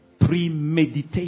premeditate